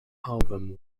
album